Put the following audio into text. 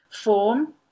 form